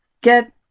get